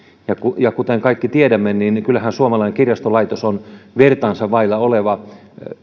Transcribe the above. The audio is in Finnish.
ja kuten kaikki tiedämme kyllähän suomalainen kirjastolaitos on vertaansa vailla oleva